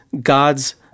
God's